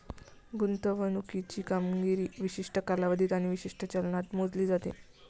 गुंतवणुकीची कामगिरी विशिष्ट कालावधीत आणि विशिष्ट चलनात मोजली जाते